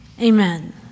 amen